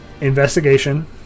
investigation